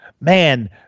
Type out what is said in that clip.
man